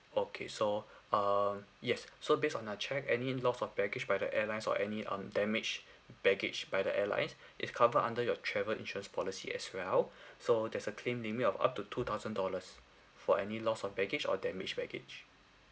okay so um yes so based on a check any loss of baggage by the airlines or any um damage baggage by the airlines is covered under your travel insurance policy as well so there's a claim limit of up to two thousand dollars for any loss of baggage or damage baggage